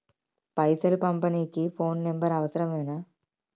పైసలు పంపనీకి phone number అవసరమేనా?